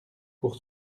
pour